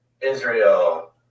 Israel